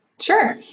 Sure